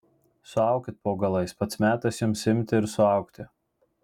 suaukit po galais pats metas jums imti ir suaugti